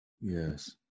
Yes